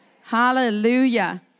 Hallelujah